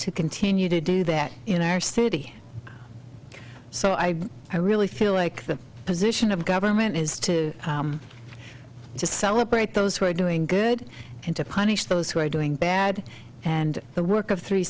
to continue to do that in our city so i i really feel like the position of government is to just celebrate those who are doing good and to punish those who are doing bad and the work of three